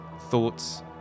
thoughts